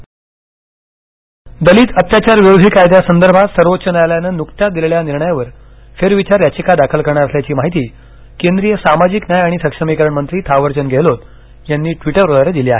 फेरविचार याचिका दलित अत्याचारविरोधी कायद्यासंदर्भात सर्वोज्ञ न्यायालयानं नुकत्याच दिलेल्या निर्णयावर फेर विचार याचिका दाखल करणार असल्याची माहिती केंद्रीय सामाजिक न्याय आणि सक्षमीकरण मंत्री थावरचंद गहलोत यांनी ट्वीटरद्वारे दिली आहे